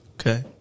Okay